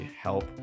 help